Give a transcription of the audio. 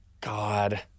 God